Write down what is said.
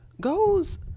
goes